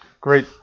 Great